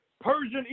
Persian